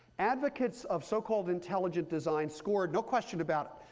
advocates of so-called intelligent design scored, no question about it,